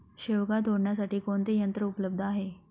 शेवगा तोडण्यासाठी कोणते यंत्र उपलब्ध आहे?